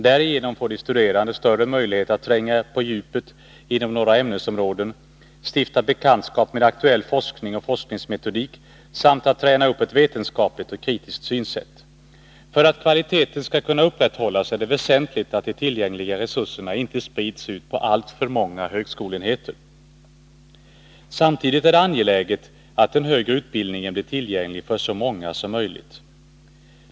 Därigenom får de studerande större möjlighet att tränga ner på djupet inom några ämnesområden, stifta bekantskap med aktuell forskning och forskningsmetodik samt att träna upp ett vetenskapligt och kritiskt synsätt. För att kvaliteten skall kunna upprätthållas är det väsentligt att de tillgängliga resurserna inte sprids ut på alltför många högskoleenheter. Samtidigt är det angeläget att den högre utbildningen blir tillgänglig för så många som möjligt.